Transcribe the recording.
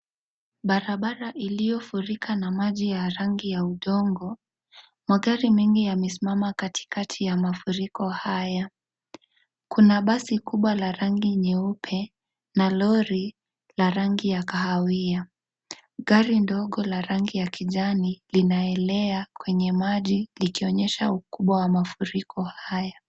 Barabara iliyofurika na maji ya rangi ya udongo. Magari mengi yamesiamma katikati ya mafuriko haya. Kuna basi kubwa la rangi nyeupe na lori la rangi ya kahawia. Gari ndogo la rangi ya kijani linaelea kwenye maji likionyesha ukubwa wa mafuriko haya.